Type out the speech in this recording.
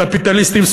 קפיטליסטים,